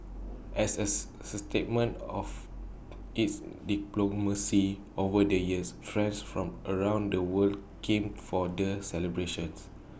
as as stamen of its diplomacy over the years friends from around the world came for the celebrations